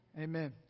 amen